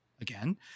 again